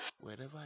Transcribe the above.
wherever